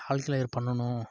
all clear பண்ணணும்